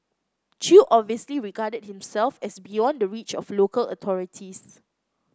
Chew obviously regarded himself as beyond the reach of local authorities